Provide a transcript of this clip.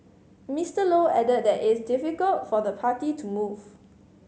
Mister Low added that is difficult for the party to move